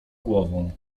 głową